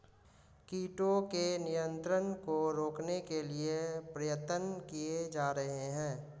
कीटों के नियंत्रण को रोकने के लिए प्रयत्न किये जा रहे हैं